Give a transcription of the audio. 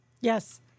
Yes